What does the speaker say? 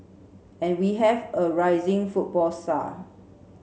and we have a rising football star